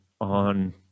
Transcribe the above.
on